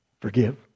forgive